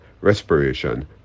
respiration